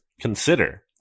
consider